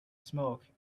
smoke